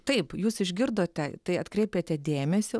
taip jūs išgirdote tai atkreipėte dėmesį